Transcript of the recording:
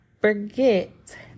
forget